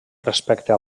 respecte